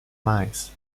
mice